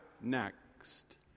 next